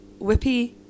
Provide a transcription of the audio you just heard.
Whippy